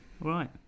right